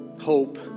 hope